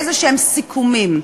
לאיזשהם סיכומים.